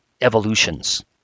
evolutions